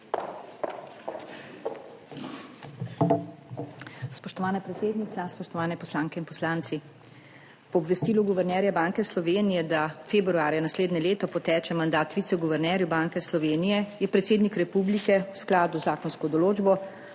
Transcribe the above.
Spoštovana predsednica, spoštovane poslanke in poslanci! Po obvestilu guvernerja Banke Slovenije, da februarja naslednje leto poteče mandat viceguvernerju Banke Slovenije, je predsednik republike v skladu z zakonsko določbo